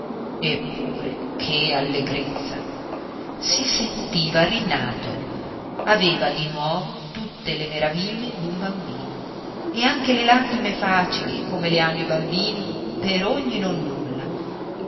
eppure che allegrezza si sentiva rinato aveva di nuovo tutte le meraviglie d'un bambino e anche le lagrime facili come le hanno i bambini per ogni nonnulla